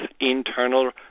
internal